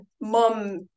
mom